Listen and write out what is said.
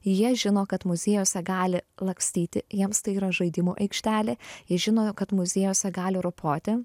jie žino kad muziejuose gali lakstyti jiems tai yra žaidimų aikštelė jie žino kad muziejuose gali ropoti